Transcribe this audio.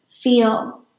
feel